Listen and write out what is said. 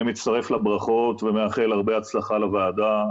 אני מצטרף לברכות ומאחל הרבה הצלחה לוועדה.